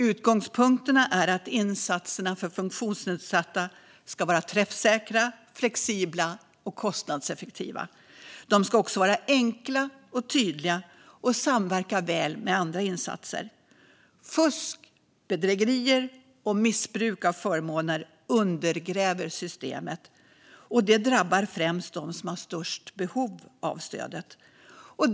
Utgångspunkten är att insatserna för funktionsnedsatta ska vara träffsäkra, flexibla och kostnadseffektiva. De ska också vara enkla och tydliga och samverka väl med andra insatser. Fusk, bedrägerier och missbruk av förmåner undergräver systemet, och det drabbar främst dem som har störst behov av stödet.